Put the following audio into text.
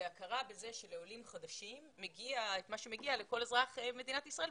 זו הכרה בזה שלעולים חדשים מגיע את מה שמגיע לכל אזרח מדינת ישראל,